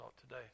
today